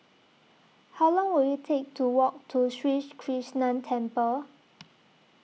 How Long Will IT Take to Walk to Sri Krishnan Temple